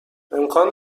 امکان